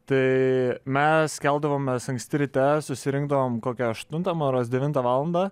tai mes keldavomės anksti ryte susirinkdavom kokią aštuntą devintą valandą